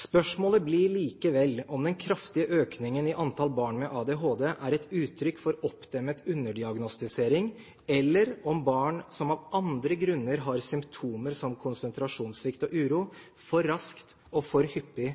Spørsmålet blir likevel om den kraftige økningen i antall barn med ADHD er et uttrykk for oppdemmet underdiagnostisering, eller om barn som av andre grunner har symptomer som konsentrasjonssvikt og uro, for raskt og for hyppig